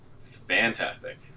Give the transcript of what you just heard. fantastic